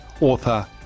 author